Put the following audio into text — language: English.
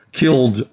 killed